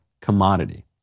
commodity